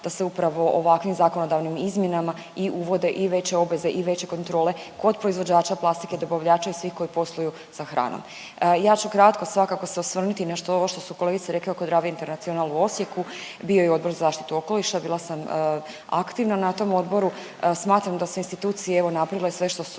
da se upravo ovakvim zakonodavnim izmjenama i uvode i veće obveze i veće kontrole kod proizvođača plastike, dobavljača i svih koji posluju sa hranom. Ja ću kratko svakako se osvrnuti na ovo što su kolegice rekle oko Drave international u Osijeku. Bio je i Odbor za zaštitu okoliša, bila sam aktivna na tom odboru. Smatram da su institucije evo napravile sve što su